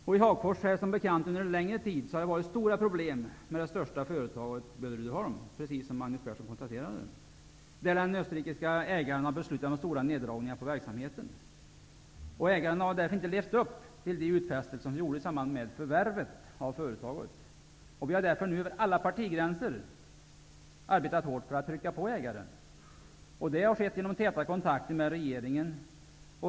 I Hagfors har det som bekant under en längre tid varit stora problem med det största företaget, Böhler Uddeholm, precis som Magnus Persson konstaterade. Den österrikiske ägaren har beslutat om stora neddragningar av verksamheten. Ägaren har därmed inte levt upp till de uppfästelser som gjordes i samband med förvärvet av företaget. Vi har därför över alla partigränser arbetat hårt för att trycka på ägaren. Det har skett genom täta kontakter med regeringen.